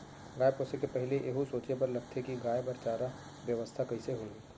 गाय पोसे के पहिली एहू सोचे बर लगथे कि गाय बर चारा बेवस्था कइसे होही